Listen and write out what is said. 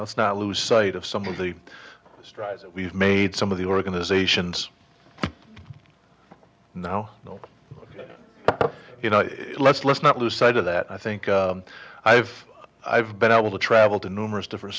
et's not lose sight of some of the strides that we've made some of the organizations now you know let's let's not lose sight of that i think i've i've been able to travel to numerous different